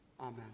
amen